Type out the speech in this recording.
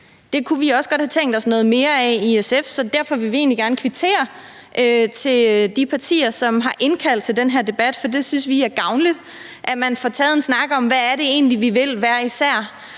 Det kunne vi også godt have tænkt os noget mere af i SF, så derfor vil vi egentlig gerne kvittere til de partier, som har indkaldt til den her debat, for det synes vi er gavnligt, altså at man får taget en snak om, hvad det egentlig er, vi vil hver især,